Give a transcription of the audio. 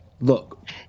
Look